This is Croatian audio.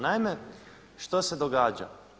Naime, što se događa?